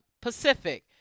Pacific